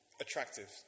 attractive